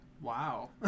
Wow